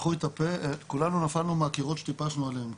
פתחו את הפה, כולנו נפלנו מהקירות שטיפסנו עליהם.